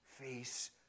face